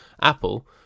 Apple